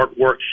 artwork